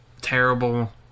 terrible